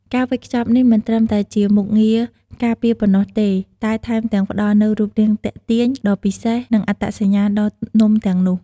ការវេចខ្ចប់នេះមិនត្រឹមតែជាមុខងារការពារប៉ុណ្ណោះទេ តែថែមទាំងផ្តល់នូវ រូបរាងទាក់ទាញ ដ៏ពិសេស និងអត្តសញ្ញាណដល់នំទាំងនោះ។